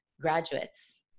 graduates